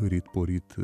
ryt poryt